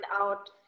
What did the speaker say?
out